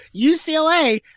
UCLA